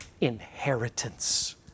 inheritance